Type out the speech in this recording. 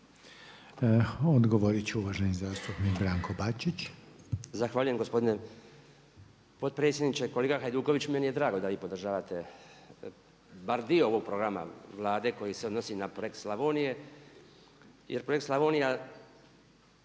Odgovorit će uvaženi zastupnik Branko Bačić. **Bačić, Branko (HDZ)** Zahvaljujem gospodine potpredsjedniče. Kolega Hajduković, meni je drago da vi podržavate bar dio ovog programa Vlade koji se odnosi na projekt Slavonije. Jer projekt Slavonija